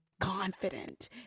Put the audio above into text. confident